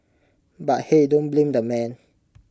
but hey don't blame the man